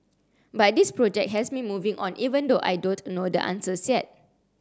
but this project has me moving on even though I don't know the answers yet